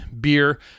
beer